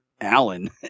Allen